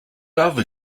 love